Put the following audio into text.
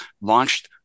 launched